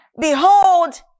behold